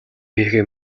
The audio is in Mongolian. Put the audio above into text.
хийхээ